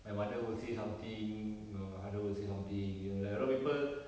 my mother will say something my my father will say something you know like a lot of people